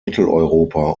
mitteleuropa